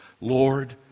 Lord